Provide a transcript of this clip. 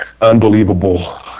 unbelievable